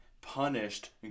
punished